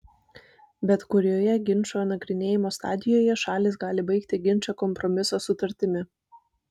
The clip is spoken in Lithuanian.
bet kurioje ginčo nagrinėjimo stadijoje šalys gali baigti ginčą kompromiso sutartimi